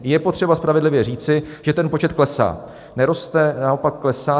Je potřeba spravedlivě říci, že ten počet klesá neroste, ale naopak klesá.